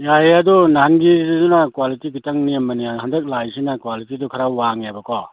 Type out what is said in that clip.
ꯌꯥꯏꯌꯦ ꯑꯗꯣ ꯅꯍꯥꯟꯒꯤꯗꯨꯅ ꯀ꯭ꯋꯥꯂꯤꯇꯤ ꯈꯤꯇꯪ ꯅꯦꯝꯕꯅꯤ ꯍꯟꯗꯛ ꯂꯥꯛꯏꯁꯤꯅ ꯀ꯭ꯋꯥꯂꯤꯇꯤꯗꯨ ꯈꯔ ꯋꯥꯡꯉꯦꯕꯀꯣ